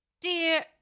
Dear